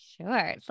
Sure